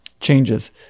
changes